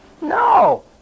No